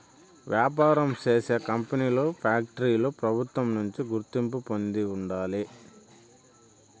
వ్యాపారం చేసే కంపెనీలు ఫ్యాక్టరీలు ప్రభుత్వం నుంచి గుర్తింపు పొంది ఉండాలి